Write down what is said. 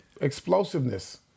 explosiveness